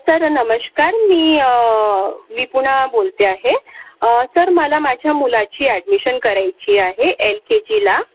sir नमस्कार मी विपुणा बोलते आहे सर मला माझ्या मुलाची ॲडमिशन करायची आहे एल केजीला